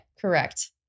correct